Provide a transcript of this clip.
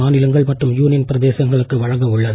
மாநிலங்கள் மற்றும் யூனியன் பிரதேங்களுக்கு வழங்க உள்ளது